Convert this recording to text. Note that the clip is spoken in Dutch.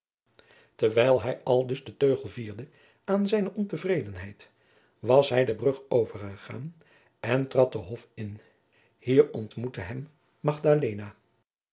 terwijl hij aldus den teugel vierde aan zijne ontevredenheid was hij de brug overgegaan en trad den hof in hier ontmoette hem